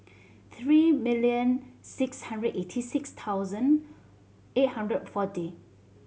three million six hundred eighty six thousand eight hundred forty